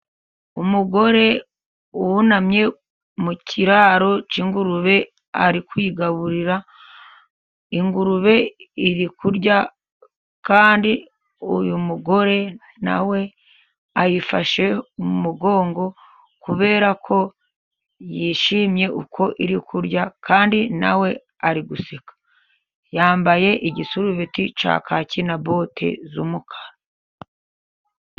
Umugore wunamye mu kiraro cy'ingurube ari kuyigaburira, ingurube iri kurya, kandi uyu mugore na we ayifashe mu mugongo, kubera ko yishimye uko iri kurya, kandi nawe ari guseka. Yambaye igisurubeti cya kaki na bote z'umukara.